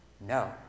no